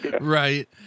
Right